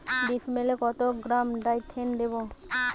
ডিস্মেলে কত gram Dithane দেবো?